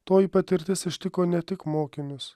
toji patirtis ištiko ne tik mokinius